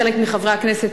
וחלק מחברי הכנסת,